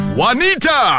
Juanita